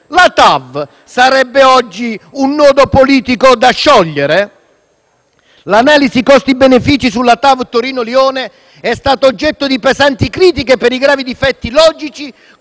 la TAV sarebbe oggi un nodo politico da sciogliere. L'analisi costi-benefici sulla TAV Torino-Lione è stata oggetto di pesanti critiche per i gravi difetti logici